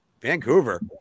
Vancouver